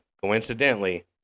coincidentally